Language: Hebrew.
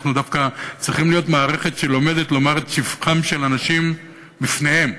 אנחנו דווקא צריכים להיות מערכת שלומדת לומר את שבחם של אנשים בפניהם,